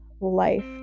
life